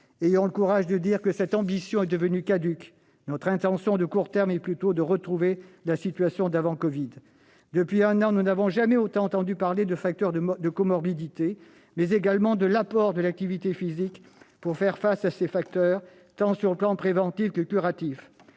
Ayons le courage de dire que cette ambition est devenue caduque. Notre intention de court terme est plutôt de retrouver la situation d'avant-covid. Depuis un an, nous n'avons jamais autant entendu parler de facteurs de comorbidité, mais également de l'apport de l'activité physique pour faire face à ces facteurs, dans le domaine tant préventif que curatif.